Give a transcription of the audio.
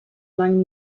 lang